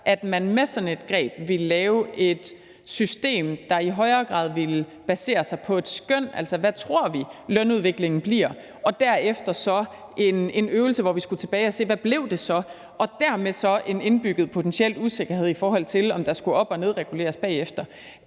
at man med sådan et greb ville lave et system, der i højere grad ville basere sig på et skøn over, hvordan man troede lønudviklingen vil blive, hvorefter man skulle lave en øvelse, hvor man skulle gå tilbage og se på, hvordan det så blev, og dermed ville der så være en indbygget potentiel usikkerhed, i forhold til om der skulle op- eller nedreguleres bagefter.